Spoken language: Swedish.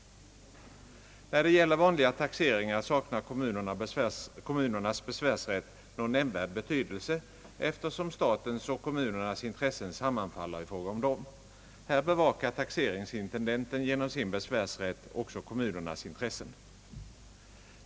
När det gäller vanliga taxeringar saknar kommunernas besvärsrätt någon nämnvärd betydelse eftersom statens och kommunernas intressen sammanfaller i fråga om dem. Här bevakar taxeringsintendenten genom sin besvärsrätt också kommunernas intressen.